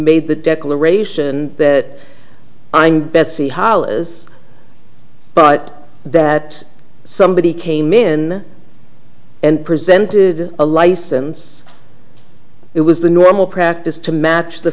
made the declaration that i'm betsy hollis but that somebody came in and presented a license it was the normal practice to match the